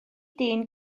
dyn